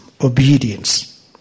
obedience